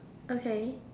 okay